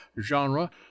Genre